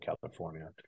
California